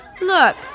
Look